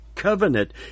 covenant